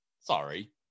Sorry